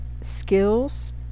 skills